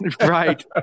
Right